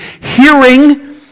hearing